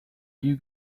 you